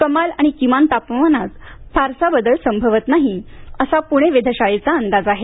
कमाल आणि किमान तापमानात फारसा बदल संभवत नाही असा पुणे वेधशाळेचा अंदाज आहे